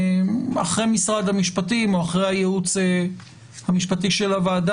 אחרי משרד המשפטים או אחרי הייעוץ המשפטי של הוועדה,